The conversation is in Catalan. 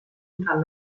durant